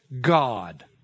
God